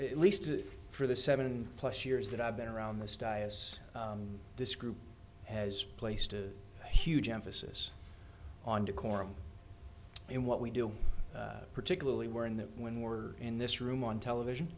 it least for the seven plus years that i've been around this diocese this group has placed a huge emphasis on decorum in what we do particularly were in that when we're in this room on television